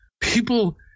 People